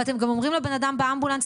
ואתם גם אומרים לבן אדם באמבולנס,